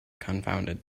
confounded